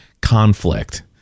conflict